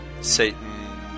Satan